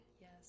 Yes